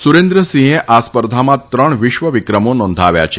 સુરેન્દ્રસિંહે આ સ્પર્ધામાં ત્રણ વિશ્વ વિક્રમો નોંધાવ્યા છે